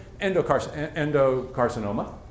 endocarcinoma